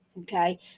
Okay